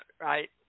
right